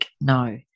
no